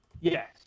Yes